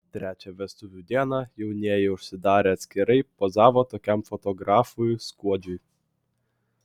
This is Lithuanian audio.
trečią vestuvių dieną jaunieji užsidarę atskirai pozavo tokiam fotografui skuodžiui